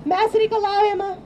mes reikalaujame